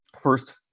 First